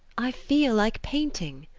i feel like painting,